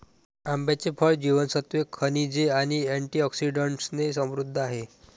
आंब्याचे फळ जीवनसत्त्वे, खनिजे आणि अँटिऑक्सिडंट्सने समृद्ध आहे